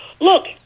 Look